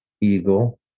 eagle